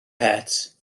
het